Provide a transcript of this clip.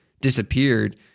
disappeared